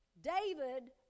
David